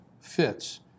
fits